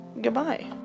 goodbye